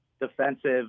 defensive